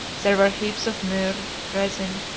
there were heaps of myrrh, resin,